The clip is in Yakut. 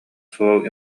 суол